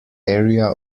area